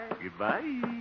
Goodbye